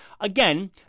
Again